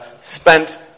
spent